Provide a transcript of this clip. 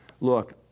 look